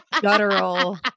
guttural